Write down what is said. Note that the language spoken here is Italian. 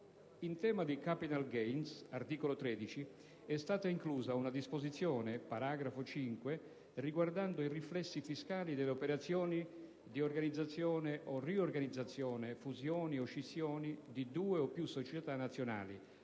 In tema di *capital gains* (articolo 13), è stata inclusa una disposizione (paragrafo 5) riguardante i riflessi fiscali delle operazioni di organizzazione o riorganizzazione, fusioni o scissioni di due o più società nazionali